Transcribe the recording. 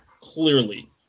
clearly